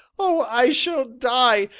oh, i shall die,